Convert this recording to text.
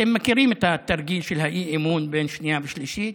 אתם מכירים את התרגיל של האי-אמון בין שנייה ושלישית,